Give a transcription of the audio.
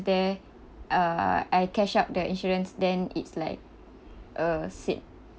there uh I catch up their insurance then it's like a sizable